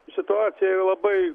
situacija labai